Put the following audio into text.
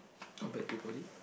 compared to poly